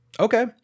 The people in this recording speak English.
Okay